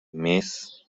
miss